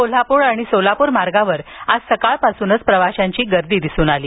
कोल्हाप्रर आणि सोलाप्रर मार्गावर आज सकाळपासूनच प्रवाशांची गर्दी दिसून आली